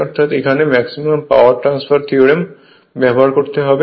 অর্থাৎ এখানে maximum power transfer theorem ব্যবহার করতে হবে